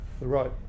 right